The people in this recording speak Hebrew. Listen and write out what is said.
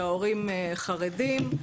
שההורים חרדים,